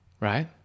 right